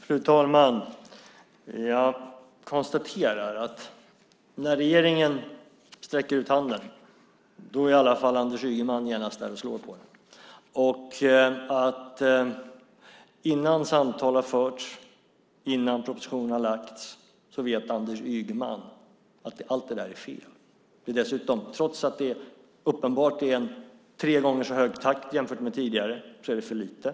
Fru talman! Jag konstaterar att när regeringen sträcker ut handen är Anders Ygeman genast där och slår på den samt att innan samtal har förts och innan propositionen har lagts fram vet Anders Ygeman att alltihop är fel. Trots att det uppenbart är tre gånger så hög takt än tidigare är det för lite.